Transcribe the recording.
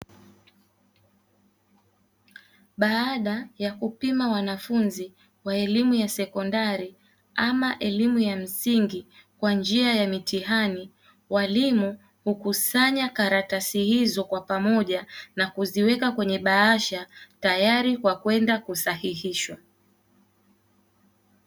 Baada ya kupima wanafunzi wa elimu ya sekondari ama elimu ya msingi kwa njia ya mitihani, walimu hukusanya karatasi hizo kwa pamoja na kuziweka kwenye bahasha tayari kwa kwenda kusahihishwa.